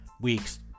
week's